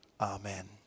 Amen